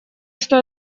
что